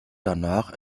danach